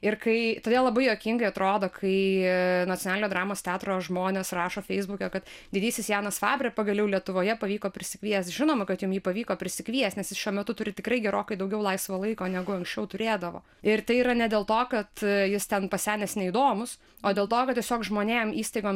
ir kai todėl labai juokingai atrodo kai nacionalinio dramos teatro žmonės rašo feisbuke kad didysis janas fabre pagaliau lietuvoje pavyko prisikviest žinoma kad jum jį pavyko prisikviest nes jis šiuo metu turi tikrai gerokai daugiau laisvo laiko negu anksčiau turėdavo ir tai yra ne dėl to kad jis ten pasenęs neįdomus o dėl to kad tiesiog žmonėm įstaigom